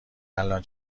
الان